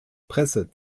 presse